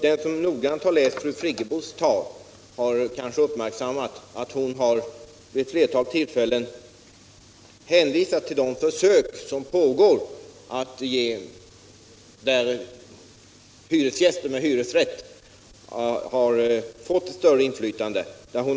Den som noga har läst fru Friggebos tal har kanske uppmärksammat att hon vid ett flertal tillfällen har hänvisat till de försök som pågår där hyresgäster med hyresrätt har fått större inflytande.